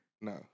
No